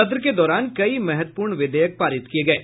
सत्र के दौरान कई महत्वपूर्ण विधेयक पारित किये गये